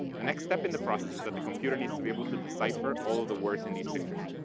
the next step in the process is that the computer needs to be able to decipher all the words in these pictures.